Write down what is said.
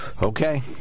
Okay